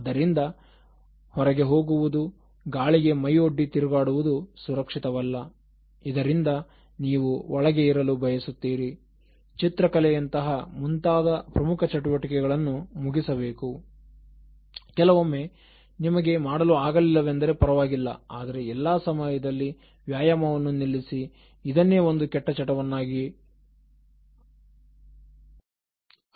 ಆದ್ದರಿಂದ ಹೊರಗೆ ಹೋಗುವುದು ಗಾಳಿಗೆ ಮೈಯೊಡ್ಡಿ ತಿರುಗಾಡುವುದು ಸುರಕ್ಷಿತವಲ್ಲ ಇದರಿಂದ ನೀವು ಒಳಗೆ ಇರಲು ಬಯಸುತ್ತೀರಿ ಚಿತ್ರಕಲೆಯಂತಹ ಮುಂತಾದ ಪ್ರಮುಖ ಚಟುವಟಿಕೆಗಳನ್ನು ಮುಗಿಸಬೇಕು ಕೆಲವೊಮ್ಮೆ ನಿಮಗೆ ಮಾಡಲು ಆಗಲಿಲ್ಲವೆಂದರೆ ಪರವಾಗಿಲ್ಲ ಆದರೆ ಎಲ್ಲಾ ಸಮಯದಲ್ಲಿ ವ್ಯಾಯಾಮವನ್ನು ನಿಲ್ಲಿಸಿ ಇದನ್ನೇ ಇದನ್ನೇ ಒಂದು ಕೆಟ್ಟ ಚಟವನ್ನಾಗಿ ಅಳವಡಿಸಿಕೊಳ್ಳಬಾರದು